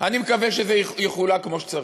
אני מקווה שזה יחולק כמו שצריך.